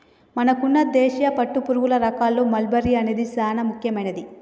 మనకున్న దేశీయ పట్టుపురుగుల రకాల్లో మల్బరీ అనేది చానా ముఖ్యమైనది